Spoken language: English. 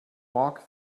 walk